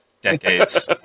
decades